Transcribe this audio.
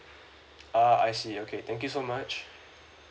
ah I see okay thank you so much